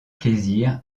plaisir